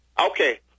Okay